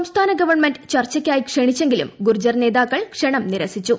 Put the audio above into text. സംസ്ഥാന ഗവൺമെന്റ് ചർച്ചയ്ക്കായി ക്ഷണിച്ചെങ്കിലും ഗുർജ്ജർ നേതാക്കൾ ക്ഷണം നിരസിച്ചു